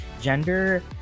gender